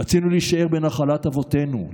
רצינו להישאר בנחלת אבותינו.